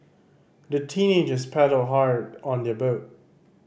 the teenagers paddled hard on their boat